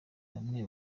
bamwe